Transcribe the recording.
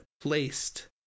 placed